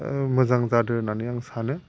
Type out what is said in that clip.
मोजां जादों होननानै आं सानो